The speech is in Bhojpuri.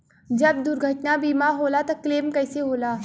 जब दुर्घटना बीमा होला त क्लेम कईसे होला?